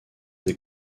des